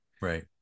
right